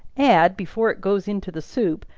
add before it goes into the soup,